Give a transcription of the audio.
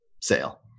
sale